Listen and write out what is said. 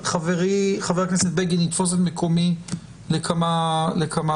חברי, חבר הכנסת בגין, יתפוס את מקומי לכמה רגעים.